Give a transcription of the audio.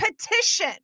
petition